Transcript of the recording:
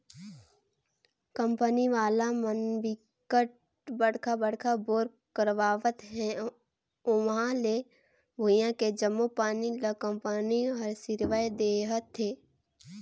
company वाला म बिकट बड़का बड़का बोर करवावत हे उहां के भुइयां के जम्मो पानी ल कंपनी हर सिरवाए देहथे